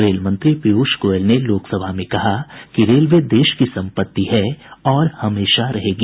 rail मंत्री पीयूष गोयल ने लोकसभा में कहा कि रेलवे देश की सम्पत्ति है और हमेशा रहेगी